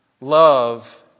love